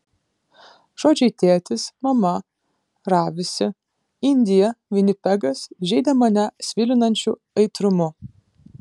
žodžiai tėtis mama ravisi indija vinipegas žeidė mane svilinančiu aitrumu